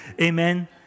Amen